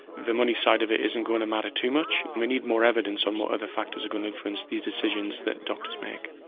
the money side of it isn't going to matter too much. and we need more evidence on what other factors are going to influence these decisions that doctors make.